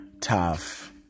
Tough